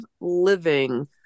living